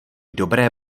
dobré